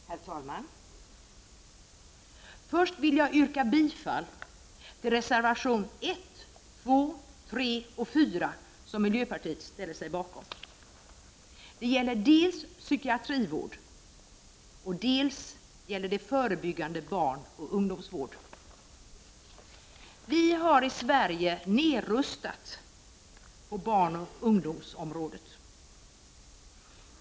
Herr talman! Till att börja med vill jag yrka bifall till reservationerna nr 1, 2,3 och 4, som miljöpartiet ställer sig bakom. Reservationerna gäller dels psykiatrivård, dels förebyggande barnoch ungdomsvård. I Sverige har vi rustat ned på barnoch ungdomsområdet.